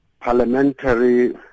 parliamentary